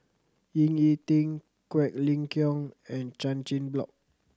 Ying E Ding Quek Ling Kiong and Chan Chin Bock